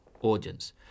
audience